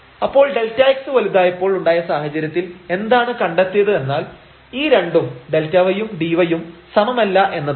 അപ്പോൾ Δx വലുതായപ്പോൾ ഉണ്ടായ സാഹചര്യത്തിൽ എന്താണ് കണ്ടെത്തിയത് എന്നാൽ ഈ രണ്ടും Δy ഉം dy ഉം സമമല്ല എന്നാണ്